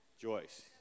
Joyce